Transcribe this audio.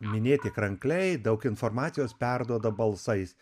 minėti krankliai daug informacijos perduoda balsais